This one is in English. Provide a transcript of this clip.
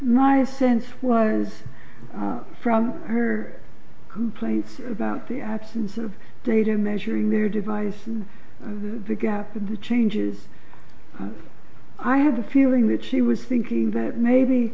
ny sense was from her complaints about the absence of data measuring their device and the gap in the changes i have a feeling that she was thinking that maybe